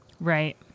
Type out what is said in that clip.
Right